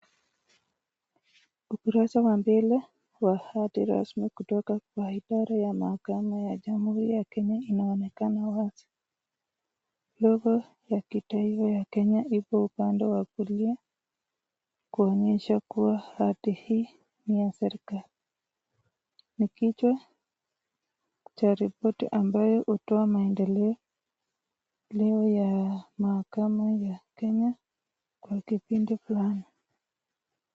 Ukurasa wa mbele wa hati rasmi kutoka kwa idara ya mahakama ya Jamhuri ya Kenya inaonekana wazi. Logo ya kitaifa ya Kenya ipo upande wa kulia kuonyesha kuwa hati hii ni ya serikali. Ni kichwa cha ripoti ambayo hutoa maendeleo ya mahakama ya Kenya kwa kipindi fulani.